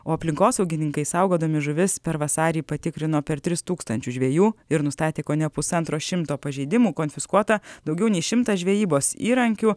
o aplinkosaugininkai saugodami žuvis per vasarį patikrino per tris tūkstančius žvejų ir nustatė kone pusantro šimto pažeidimų konfiskuota daugiau nei šimtas žvejybos įrankių